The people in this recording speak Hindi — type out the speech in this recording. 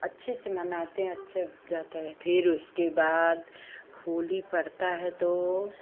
अच्छे से मनाते हैं अच्छे जाता है फिर उसके बाद होली पड़ता है तो